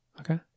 Okay